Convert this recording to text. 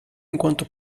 enquanto